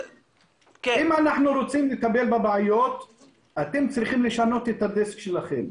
אם אנחנו רוצים לטפל בבעיות אתם צריכים לשנות את הדיסק שלכם.